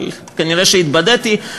אבל כנראה התבדיתי.